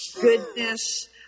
goodness